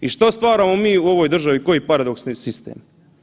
I što stvaramo mi u ovoj državi, koji paradoksni sistem?